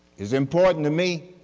is important to me.